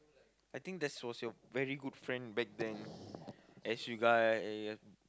I think that's was your very good friend back then as you guys